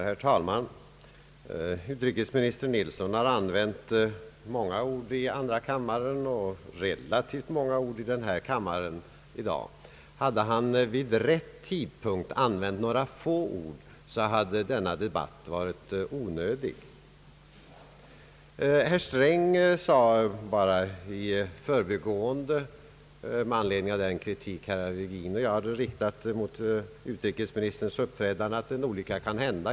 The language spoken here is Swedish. Herr talman!! Utrikesminister Nilsson har använt många ord i andra kammaren och relativt många ord i denna kammare i dag. Hade han vid rätt tidpunkt använt några få ord hade denna debatt varit onödig. Herr Sträng sade bara i förbigående, med anledning av den kritik som herr Virgin och jag hade riktat mot utrikesministerns uppträdande, att en olycka kan hända.